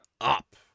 up